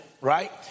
right